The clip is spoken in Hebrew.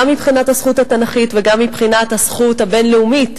גם מבחינת הזכות התנ"כית וגם מבחינת הזכות הבין-לאומית,